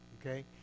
okay